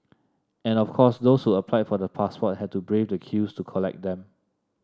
and of course those who applied for the passport had to brave the queues to collect them